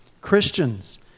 Christians